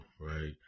right